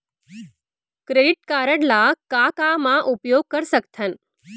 Credit card ला का का मा उपयोग कर सकथन?